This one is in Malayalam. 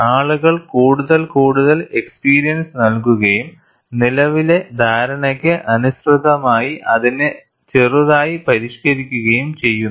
ആളുകൾ കൂടുതൽ കൂടുതൽ എക്സ്പീരിയൻസ് നൽകുകയും നിലവിലെ ധാരണയ്ക്ക് അനുസൃതമായി അതിനെ ചെറുതായി പരിഷ്ക്കരിക്കുകയും ചെയ്യുന്നു